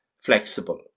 flexible